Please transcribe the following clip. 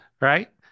Right